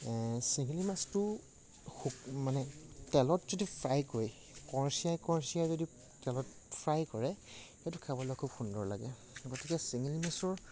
চেঙেলী মাছটো শু মানে তেলত যদি ফ্ৰাই কৰি কৰচিয়াই কৰচিয়াই যদি তেলত ফ্ৰাই কৰে সেইটো খাবলৈ খুব সুন্দৰ লাগে গতিকে চেঙেলী মাছৰ